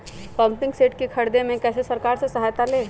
Pumping set के ख़रीदे मे कैसे सरकार से सहायता ले?